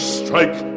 strike